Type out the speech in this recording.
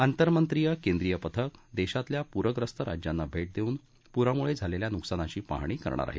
आंतरमंत्रीय केंद्रीय पथक देशातल्या पूख्यस्त राज्यांना भेट देऊन पुरामुळे झालेल्या नुकसानाची पाहणी करणार आहेत